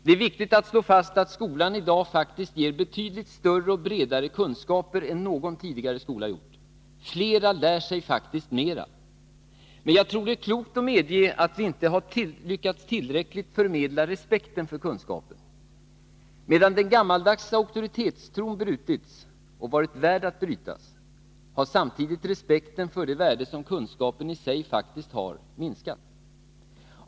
Det är viktigt att slå fast att skolan i dag faktiskt ger betydligt större och bredare kunskaper än någon tidigare skola har gjort. Flera lär sig faktiskt mera. Men jag tror att det är klokt att medge att vi inte tillräckligt lyckats förmedla respekten för kunskapen. Medan den gammaldags auktoritetstron brutits — och varit värd att brytas — har samtidigt respekten för det värde som kunskapen sig faktiskt har minskat.